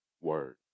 Word